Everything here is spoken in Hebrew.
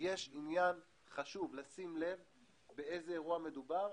חשוב לשים לב באיזה אירוע מדובר,